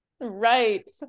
Right